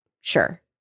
Sure